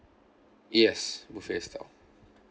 yes buffet style